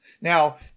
Now